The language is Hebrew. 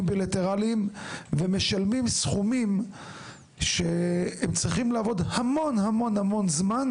בילטרליים ומשלמים סכומים שהם צריכים לעבוד המון המון המון זמן,